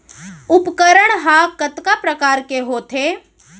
उपकरण हा कतका प्रकार के होथे?